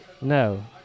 No